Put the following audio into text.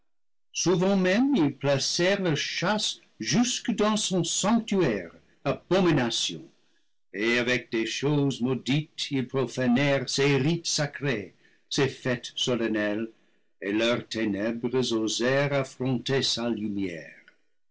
souvent même ils placèrent leurs châsses jusque dans son sanctuaire abominations et avec des choses maudites ils profanèrent ses rites sacrés ses fêtes solennelles et leurs ténèbres osèrent affronter sa lumière